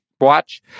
watch